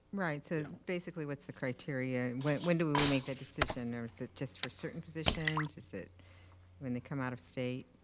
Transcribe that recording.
right, so basically, what's the criteria and when when do we we make the decision or is it just for certain positions, is it when they come out of state?